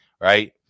right